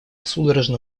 судорожно